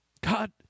God